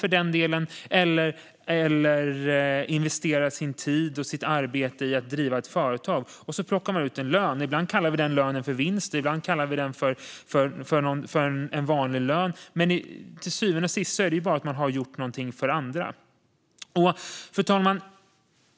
Kanske investerar man sin tid och sitt arbete i att driva ett företag. Sedan plockar man ut en lön. Ibland kallar vi lönen för vinst, och ibland kallar vi den för en vanlig lön. Till syvende och sist handlar det bara om att man har gjort någonting för andra. Fru talman!